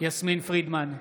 יסמין פרידמן,